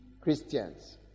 Christians